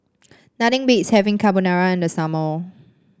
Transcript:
nothing beats having Carbonara in the summer